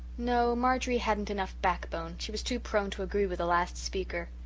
no, marjorie hadn't enough backbone. she was too prone to agree with the last speaker.